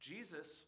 Jesus